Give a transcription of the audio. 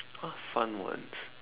what are fun ones